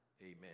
Amen